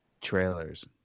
trailers